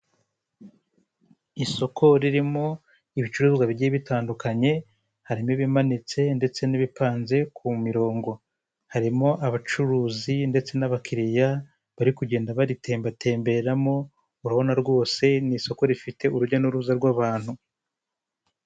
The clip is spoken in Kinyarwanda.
Isoko ririmo ibicuruzwa bigiye bitandukanye harimo ibimanitse ndetse n'ibipanze ku mirongo, harimo abacuruzi ndetse n'abakiriya bari kugenda baritembatemberamo urabona rwose ni isoko rifite urujya n'uruza rw'abantu.